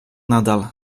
nadal